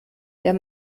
der